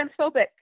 transphobic